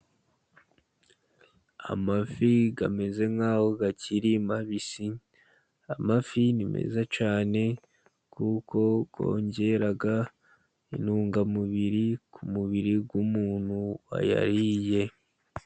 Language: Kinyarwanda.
Amafi ameze nk'aho akiri mabisi. Amafi ni meza cyane, kuko yongera intungamubiri ku mubiri w'umuntu wayariye.